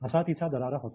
असा तिचा दरारा होता